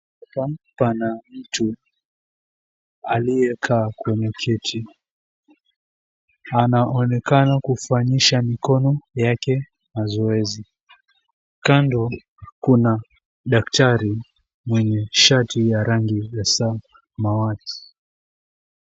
Hapa pana mtu aliyekaa kwenye kiti. Anaonekana kufanyisha mikono yake mazoezi. Kando kuna daktari mwenye shati ya rangi ya samawati.